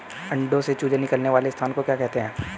अंडों से चूजे निकलने वाले स्थान को क्या कहते हैं?